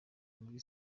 muri